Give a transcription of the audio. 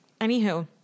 anywho